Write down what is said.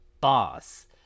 boss